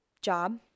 job